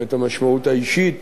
את המשמעות האישית